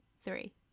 three